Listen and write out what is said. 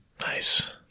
Nice